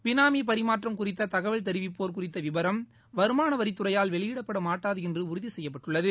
பினாமி பரிமாற்றம் குறித்த தகவல் தெரிவிப்போர் குறித்த விவரம் வருமான வரித்துறையால் வெளியிடப்படமாட்டாது என்று உறுதி செய்யப்பட்டுள்ளது